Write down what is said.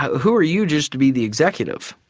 who are you just to be the executive?